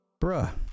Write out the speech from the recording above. bruh